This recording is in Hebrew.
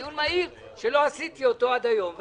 דיון מהיר שלא עשיתי עד היום.